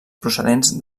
procedents